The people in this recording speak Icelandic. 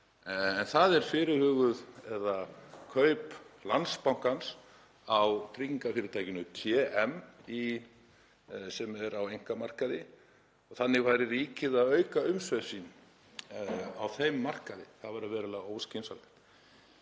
en það eru fyrirhuguð kaup Landsbankans á tryggingafyrirtækinu TM sem er á einkamarkaði. Þannig væri ríkið að auka umsvif sín á þeim markaði. Það væri verulega óskynsamlegt.